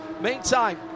Meantime